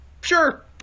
Sure